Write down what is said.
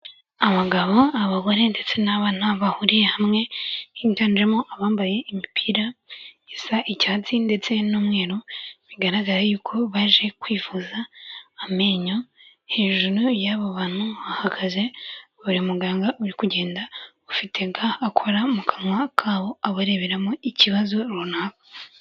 Abagabo, abagore, ndetse n'abana bahuriye hamwe, higanjemo abambaye imipirasa icyatsi, ndetse n'umweru, bigaragara yuko baje kwivuza amenyo, hejuru y'a bantu bahagaze buri muganga uri kugenda ufite ga akora mu kanwa kabo abareberamo ikibazo runaka.